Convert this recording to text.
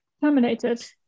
Terminated